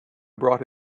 brought